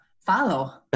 follow